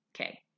okay